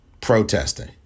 Protesting